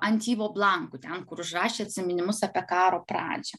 ant yvo blankų ten kur užrašė atsiminimus apie karo pradžią